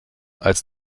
als